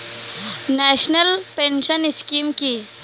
National pension scheme কি?